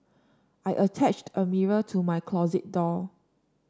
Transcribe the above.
I attached a mirror to my closet door